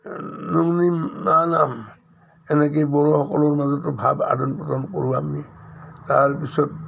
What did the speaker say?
নুমনিম না নাম এনেকেই বড়োসকলৰ মাজতো ভাৱ আদান প্ৰদান কৰোঁ আমি তাৰপিছত